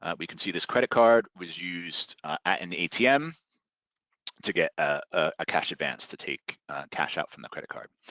ah we can see this credit card was used at an atm to get a cash advance, to take cash out from the credit card.